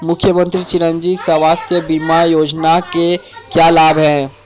मुख्यमंत्री चिरंजी स्वास्थ्य बीमा योजना के क्या लाभ हैं?